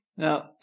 Now